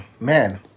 man